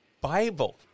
Bible